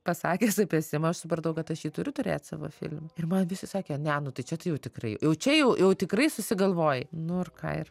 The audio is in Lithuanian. pasakė jisai apie simą aš supratau kad aš jį turiu turėt savo filme ir man visi sakė ne nu tai čia jau tikrai jau čia jau tikrai susigalvojai nu ir ką ir